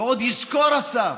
ועוד יזכור השר